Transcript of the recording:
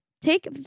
take